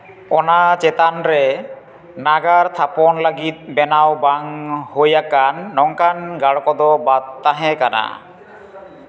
ᱚᱱᱟ ᱪᱮᱛᱟᱱ ᱨᱮ ᱱᱟᱜᱟᱨ ᱛᱷᱟᱯᱚᱱ ᱞᱟᱹᱜᱤᱫ ᱵᱮᱱᱟᱣ ᱵᱟᱝ ᱦᱩᱭ ᱟᱠᱟᱱ ᱱᱚᱝᱠᱟᱱ ᱜᱟᱲ ᱠᱚᱫᱚ ᱵᱟᱫ ᱛᱟᱦᱮᱸ ᱠᱟᱱᱟ